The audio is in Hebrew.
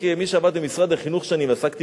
כמי שעבד שנים במשרד החינוך ועסקתי